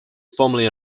formerly